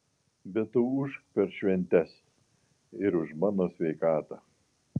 bet tu ūžk per šventes ir už mano sveikatą